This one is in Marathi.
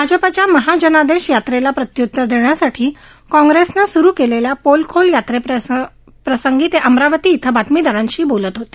भाजपाच्या महाजनादेश यात्रेला प्रत्यूत्तर देण्यासाठी काँप्रेसनं सुरू केलेल्या पोल खोल यात्रेप्रसंगी ते अमरावती इथं बातमीदारांशी बोलत होते